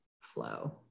flow